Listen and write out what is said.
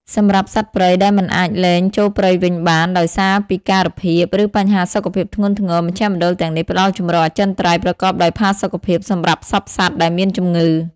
សម្រាប់សត្វព្រៃដែលមិនអាចលែងចូលព្រៃវិញបានដោយសារពិការភាព ឬបញ្ហាសុខភាពធ្ងន់ធ្ងរ មជ្ឈមណ្ឌលទាំងនេះផ្តល់ជម្រកអចិន្ត្រៃយ៍ប្រកបដោយផាសុកភាព សម្រាប់សព្វព្រៃដែលមានជំងឺ។។